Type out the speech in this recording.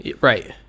Right